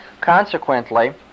Consequently